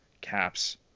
cap's